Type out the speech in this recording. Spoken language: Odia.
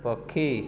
ପକ୍ଷୀ